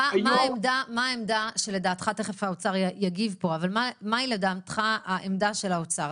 תכף האוצר יגיב פה, אבל מה לדעתך העמדה של האוצר?